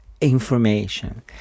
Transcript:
information